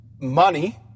money